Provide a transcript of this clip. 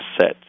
set